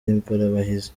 ingorabahizi